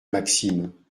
maxime